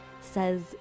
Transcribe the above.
says